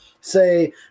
say